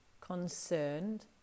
concerned